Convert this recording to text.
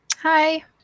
Hi